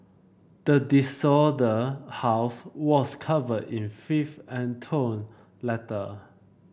the house was covered in filth and torn letter